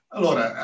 Allora